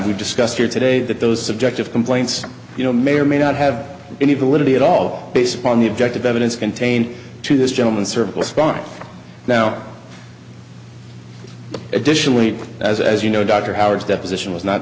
we've discussed here today that those subjective complaints you know may or may not have any validity at all based upon the objective evidence contained to this gentleman cervical spine now additionally as as you know dr howard's deposition was not